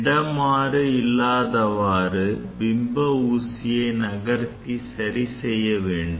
இடமாறு இல்லாதவாறு பிம்ப ஊசியை நகர்த்தி சரி செய்ய வேண்டும்